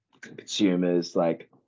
consumers—like